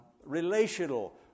relational